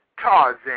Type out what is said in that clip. Tarzan